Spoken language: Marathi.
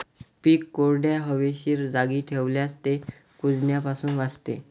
पीक कोरड्या, हवेशीर जागी ठेवल्यास ते कुजण्यापासून वाचते